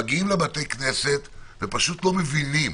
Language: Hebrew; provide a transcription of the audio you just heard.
מגיעים לבתי הכנסת ופשוט לא מבינים.